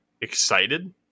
excited